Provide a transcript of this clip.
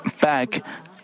back